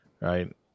right